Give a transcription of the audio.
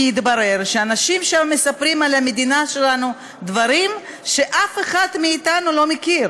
כי התברר שאנשים שם מספרים על המדינה שלנו דברים שאף אחד מאתנו לא מכיר,